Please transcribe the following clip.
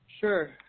Sure